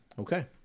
Okay